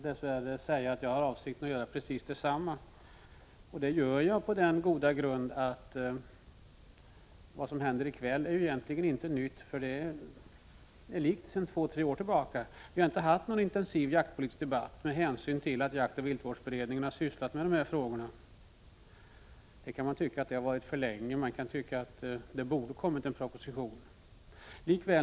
Dess värre har jag för avsikt att göra precis detsamma som tidigare talare på den goda grunden av att det som händer i kväll egentligen inte är något nytt, utan det är ungefär detsamma som under de senaste två tre åren. Vi har inte haft någon intensiv jaktpolitisk debatt med hänsyn till att jaktoch viltvårdsberedningen har sysslat med dessa frågor. Man kan tycka att det är för lång tid och att det borde ha lagts fram en proposition.